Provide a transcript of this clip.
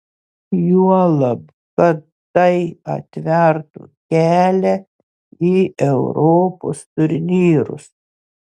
juolab kad tai atvertų kelią į europos turnyrus